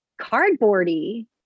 cardboardy